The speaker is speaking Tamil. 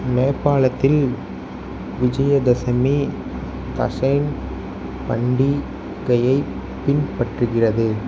நேபாளத்தில் விஜயதசமி தசேன் பண்டிகையைப் பின்பற்றுகிறது